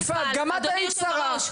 יפעת גם את היית שרה,